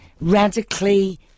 radically